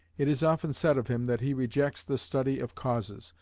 it is often said of him that he rejects the study of causes.